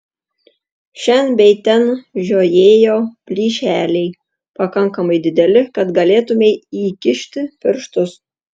šen bei ten žiojėjo plyšeliai pakankamai dideli kad galėtumei įkišti pirštus